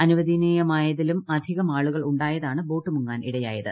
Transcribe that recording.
അനുവദനീയമായതിലും അധികം ആളുകൾ ഉണ്ടായതാണ് ബോട്ട് മുങ്ങാൻ ഇടയായത്